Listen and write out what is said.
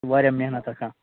واریاہ محنت آسان